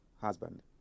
husband